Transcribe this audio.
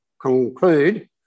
conclude